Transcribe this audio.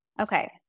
Okay